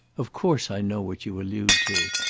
of course i know what you allude to.